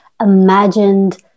imagined